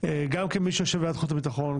גם כמי שיושב בוועדת החוץ והביטחון,